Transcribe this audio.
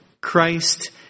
Christ